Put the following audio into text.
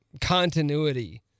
continuity